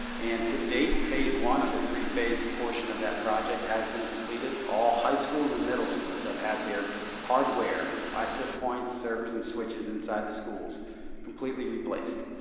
and, to date, phase one of the three phase portion of that project has been completed. all high schools and middle schools have had their hardware, ah access points, servers and switches inside the schools completely replaced.